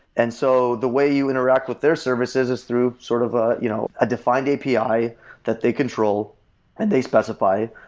and so the way you interact with their services is through sort of ah you know a defined api that they control and they specify,